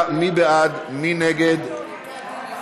אדוני,